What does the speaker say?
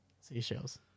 Seashells